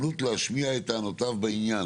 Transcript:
הזדמנות להשמיע את טענותיו בעניין".